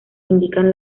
indican